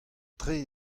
tre